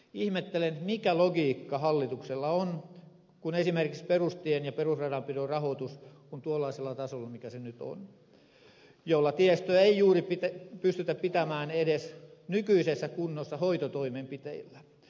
ihmettelen mikä logiikka hallituksella on kun esimerkiksi perustien ja perusradanpidon rahoitus on tuollaisella tasolla millä se nyt on ja millä tiestöä ei juuri pystytä pitämään edes nykyisessä kunnossa hoitotoimenpiteillä